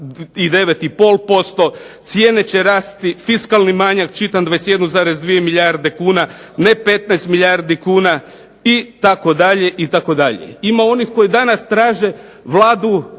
9,5%, cijene će rasti, fiskalni manjak čitam 21,2 milijarde kuna, ne 15 milijardi kuna itd. Ima onih koji danas traže Vladu